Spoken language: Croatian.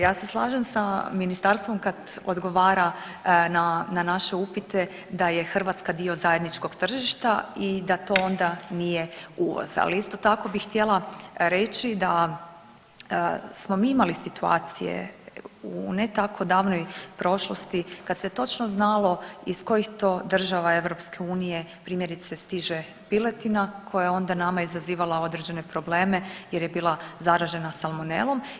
Ja se slažem sa ministarstvom kad ogovara na naše upite da je Hrvatska dio zajedničkog tržišta i da to onda nije uvoz, ali isto tako bih htjela reći da smo mi imali situacije u ne tako davnoj prošlosti kad se točno znalo iz kojih to država EU primjerice stiže piletina koja je onda nama izazivala određene probleme jer je bila zaražena salmonelom.